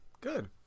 good